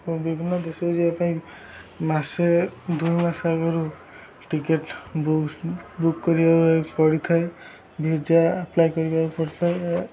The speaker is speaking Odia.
ବିଭିନ୍ନ ଦେଶକୁ ଯିବା ପାଇଁ ମାସେ ଦୁଇମାସ ଆଗରୁ ଟିକେଟ୍ ବୁକ୍ କରିବା ପାଇଁ ପଡ଼ିଥାଏ ଭିଜା ଆପ୍ଲାଏ କରିବାକୁ ପଡ଼ିଥାଏ